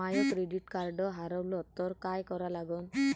माय credit card हारवलं तर काय करा लागन?